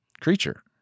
creature